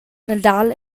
nadal